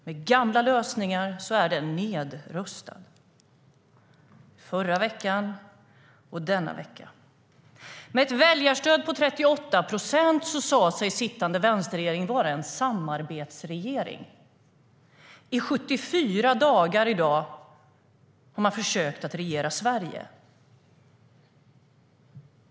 Med gamla lösningar är den nedröstad, förra veckan och denna vecka. Med ett väljarstöd på 38 procent sa sig sittande vänsterregering vara en samarbetsregering. I 74 dagar i dag har man försökt regera Sverige.